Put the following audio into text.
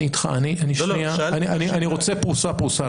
אני רוצה פרוסה פרוסה.